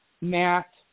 Matt